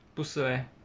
不是 leh